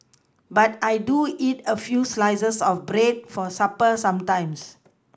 but I do eat a few slices of bread for supper sometimes